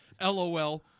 LOL